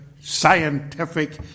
scientific